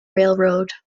railroad